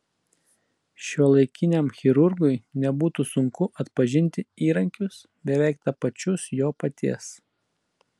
šiuolaikiniam chirurgui nebūtų sunku atpažinti įrankius beveik tapačius jo paties